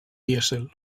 dièsel